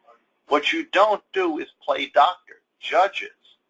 what you don't do is play doctor, judges.